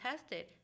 tested